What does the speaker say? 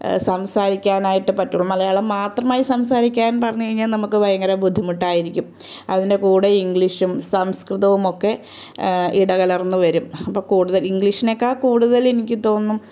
സംസാരിക്കാനായിട്ട് പറ്റു മലയാളം മാത്രമായി സംസാരിക്കാൻ പറഞ്ഞ് കഴിഞ്ഞാൽ നമുക്ക് ഭയങ്കര ബുദ്ധിമുട്ടായിരിക്കും അതിൻ്റെ കൂടെ ഇംഗ്ലീഷും സംസ്കൃതവുമൊക്കെ ഇടകലർന്ന് വരും അപ്പം കൂടുതൽ ഇംഗ്ലീഷിനേക്കാക്കൂട്തലെനിക്കു തോന്നും